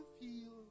feel